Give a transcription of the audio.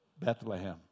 Bethlehem